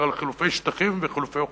על חילופי שטחים וחילופי אוכלוסין.